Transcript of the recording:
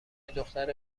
دختر